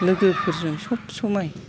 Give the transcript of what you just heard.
लोगोफोरजों सबसमाय